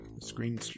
screen